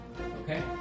Okay